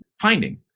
finding